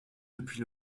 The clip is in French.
depuis